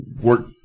work